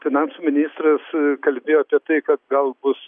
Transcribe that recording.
finansų ministras kalbėjo apie tai kad gal bus